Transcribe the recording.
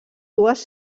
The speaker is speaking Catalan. dues